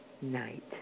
night